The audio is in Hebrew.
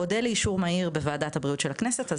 אודה לאישור מהיר בוועדת הבריאות של הכנסת,